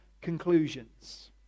conclusions